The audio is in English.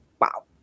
wow